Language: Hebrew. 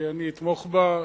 אני אתמוך בה.